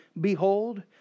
Behold